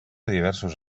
diversos